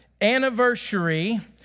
anniversary